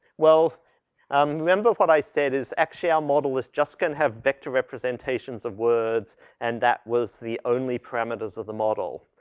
well um, remember what i said is actually our model is just gonna have vector representations of words and that was the only parameters of the model.